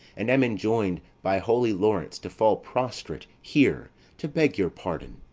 and am enjoin'd by holy laurence to fall prostrate here to beg your pardon.